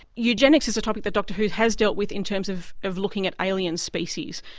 eugenics is a topic that doctor who has dealt with in terms of of looking at alien species.